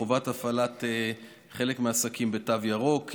חובת הפעלת חלק מהעסקים בתו ירוק,